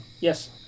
Yes